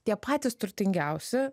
tie patys turtingiausi